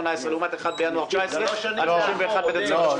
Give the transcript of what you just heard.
לעומת 1 בינואר 2019 עד 31 בדצמבר 2019?